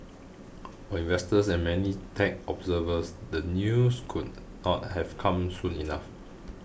for investors and many tech observers the news could not have come soon enough